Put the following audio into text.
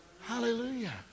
Hallelujah